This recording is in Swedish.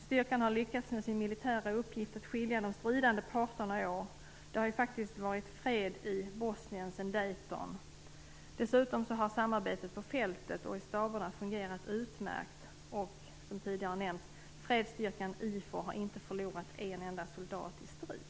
Styrkan har lyckats med sin militära uppgift att skilja de stridande parterna åt. Det har faktiskt varit fred i Bosnien sedan Dayton. Dessutom har samarbetet på fältet och i staberna fungerat utmärkt, och, som tidigare nämnts, fredsstyrkan IFOR har inte förlorat en enda soldat i strid.